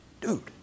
Dude